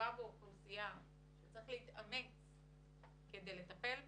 שמדובר באוכלוסייה שצריך להתאמץ כדי לטפל בה,